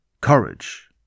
courage